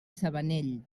sabanell